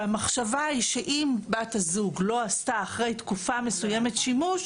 והמחשבה היא שאם בת הזוג לא עשתה אחרי תקופה מסוימת שימוש,